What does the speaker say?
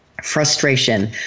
frustration